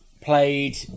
played